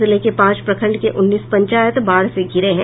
जिले के पांच प्रखंड के उन्नीस पंचायत बाढ़ से घिरे हैं